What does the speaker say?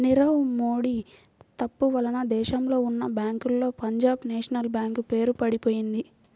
నీరవ్ మోడీ తప్పు వలన దేశంలో ఉన్నా బ్యేంకుల్లో పంజాబ్ నేషనల్ బ్యేంకు పేరు పడిపొయింది